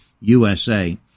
USA